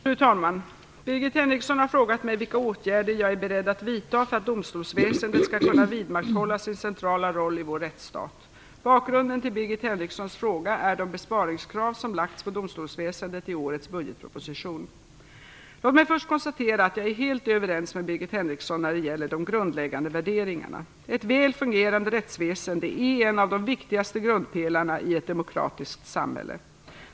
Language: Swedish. Fru talman! Birgit Henriksson har frågat mig vilka åtgärder jag är beredd att vidta för att domstolsväsendet skall kunna vidmakthålla sin centrala roll i vår rättsstat. Bakgrunden till Birgit Henrikssons fråga är de besparingskrav som lagts på domstolsväsendet i årets budgetproposition. Låt mig först konstatera att jag är helt överens med Birgit Henriksson när det gäller de grundläggande värderingarna. Ett väl fungerande rättsväsende är en av de viktigaste grundpelarna i ett demokratiskt samhälle.